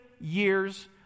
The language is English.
years